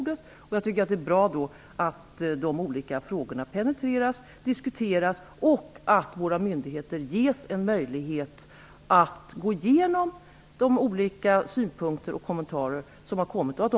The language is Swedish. Det är bra att de olika frågorna penetreras och diskuteras och att våra myndigheter ges en möjlighet att gå igenom de olika synpunkter och kommentarer som har kommit fram.